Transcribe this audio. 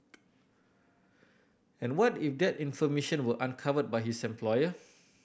and what if that information were uncovered by his employer